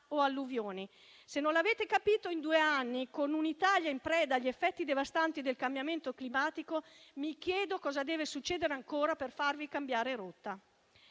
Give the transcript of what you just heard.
o alluvioni. Se non l'avete capito in due anni, con un'Italia in preda agli effetti devastanti del cambiamento climatico, mi chiedo cosa debba succedere ancora per farvi cambiare rotta.